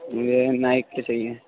مجھے نائک کے چاہیے